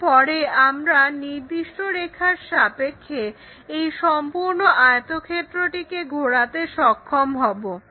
এরপরে আমরা একটা নির্দিষ্ট রেখার সাপেক্ষে এই সম্পূর্ণ আয়তক্ষেত্রটিকে ঘোরাতে সক্ষম হবো